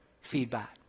feedback